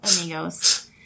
amigos